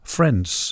Friends